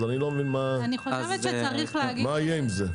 אז אני לא מבין מה יהיה עם זה.